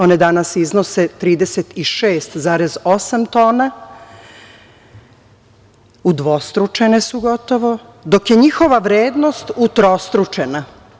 One danas iznose 36,8 tona, udvostručene su gotovo, dok je njihova vrednost utrostručena.